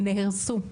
נהרסו,